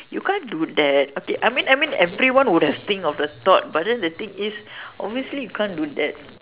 you can't do that okay I mean I mean everyone would have think of the thought but then the thing is obviously you can't do that